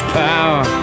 power